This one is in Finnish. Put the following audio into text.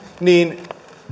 niin